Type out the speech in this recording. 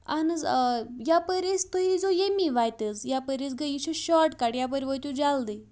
اہَن حظ آ یَپٲرۍ أسۍ تُہۍ یی زیو ییٚمی وَتہِ حظ یَپٲرۍ أسۍ گٔے یہِ چھُ شاٹکَٹ یَپٲرۍ وٲتِو جلدی